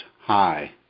High